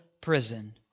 prison